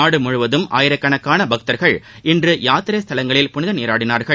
நாடு முழுவதும் ஆயிரக்கணக்கான பக்தர்கள் இன்று யாத்திரை ஸ்தலங்களில் புனித நீராடினார்கள்